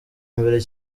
mbere